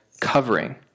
covering